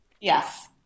Yes